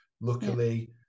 luckily